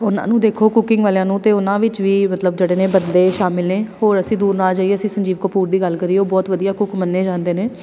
ਉਹਨਾਂ ਨੂੰ ਦੇਖੋ ਕੁਕਿੰਗ ਵਾਲਿਆਂ ਨੂੰ ਤਾਂ ਉਹਨਾਂ ਵਿੱਚ ਵੀ ਮਤਲਬ ਜਿਹੜੇ ਨੇ ਬੰਦੇ ਸ਼ਾਮਿਲ ਨੇ ਹੋਰ ਅਸੀਂ ਦੂਰ ਨਾ ਜਾਈਏ ਅਸੀਂ ਸੰਜੀਵ ਕਪੂਰ ਦੀ ਗੱਲ ਕਰੀਏ ਉਹ ਬਹੁਤ ਵਧੀਆ ਕੁਕ ਮੰਨੇ ਜਾਂਦੇ ਨੇ